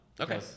Okay